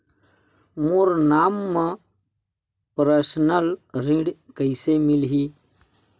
मोर नाम म परसनल ऋण कइसे मिलही?